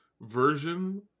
version